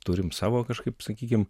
turim savo kažkaip sakykim